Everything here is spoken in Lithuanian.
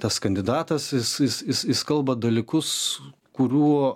tas kandidatas jis jis jis jis kalba dalykus kurių